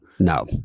no